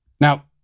Now